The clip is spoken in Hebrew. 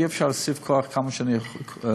אי-אפשר להוסיף כוח כמה שאני רוצה,